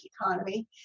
economy